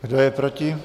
Kdo je proti?